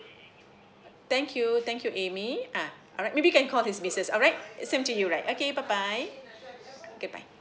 thank you thank you amy ah alright maybe you can call his missus alright same to you right okay bye bye good bye